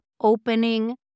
opening